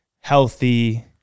healthy